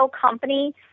company